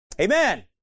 Amen